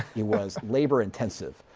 it was labor intensive.